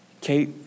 Kate